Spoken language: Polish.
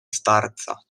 starca